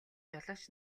жолооч